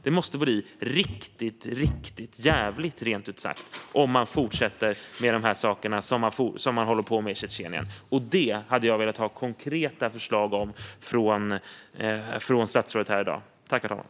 Det måste bli riktigt jävligt, rent ut sagt, om man fortsätter med de saker som man håller på med i Tjetjenien. Detta hade jag velat ha konkreta förslag om från statsrådet här i dag. Är det fortfarande en svordom?